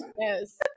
Yes